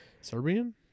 Serbian